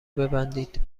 ببندید